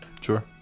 Sure